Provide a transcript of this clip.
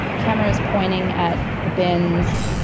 camera is pointing at the bins,